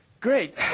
Great